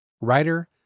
writer